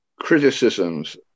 criticisms